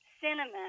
cinnamon